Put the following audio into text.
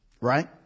Right